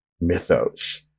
mythos